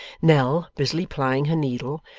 nell, busily plying her needle,